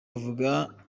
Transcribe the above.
avuga